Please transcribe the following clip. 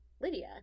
Lydia